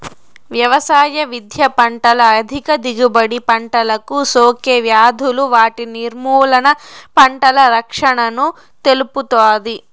వ్యవసాయ విద్య పంటల అధిక దిగుబడి, పంటలకు సోకే వ్యాధులు వాటి నిర్మూలన, పంటల రక్షణను తెలుపుతాది